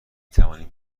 توانیم